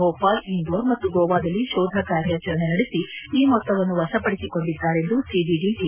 ಭೋಪಾಲ್ ಇಂದೋರ್ ಮತ್ತು ಗೋವಾದಲ್ಲಿ ಕೋಧ ಕಾರ್ಯಾಚರಣೆ ನಡೆಸಿ ಈ ಮೊತ್ತವನ್ನು ವರಪಡಿಸಿಕೊಂಡಿದ್ದಾರೆಂದು ಸಿಐಡಿಟಿ